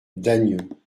dagneux